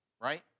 right